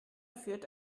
führt